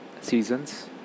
seasons